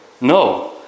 No